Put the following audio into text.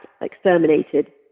exterminated